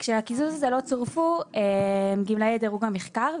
כשלקיזוז הזה לא צורפו גמלאי דירוג המחקר,